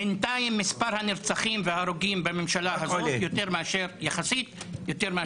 בינתיים מספר הנרצחים וההרוגים בממשלה הזאת יחסית יותר מאשר בעבר.